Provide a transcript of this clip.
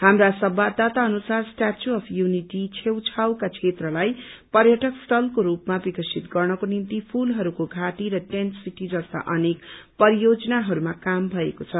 हाम्रा संवाददाता अनुसार स्टयाचु अफ् यूनिओ छेउछाउका क्षेत्रलाई पर्यटक स्थलको स्रपमा विकसित गर्नको निम्ति फूलहरूको घाटी र टेन्ट सिटी जस्ता अनेक परियोजनाहरूमा काम भएको छ